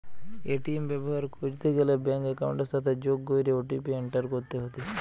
ATM ব্যবহার কইরিতে গ্যালে ব্যাঙ্ক একাউন্টের সাথে যোগ কইরে ও.টি.পি এন্টার করতে হতিছে